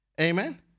Amen